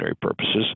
purposes